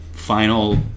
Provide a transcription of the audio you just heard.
Final